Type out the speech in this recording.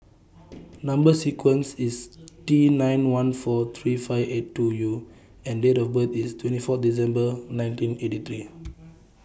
Number sequence IS T nine one four three five eight two U and Date of birth IS twenty four December nineteen eighty three